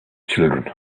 children